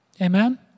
Amen